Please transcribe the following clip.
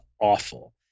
awful